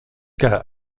que